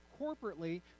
corporately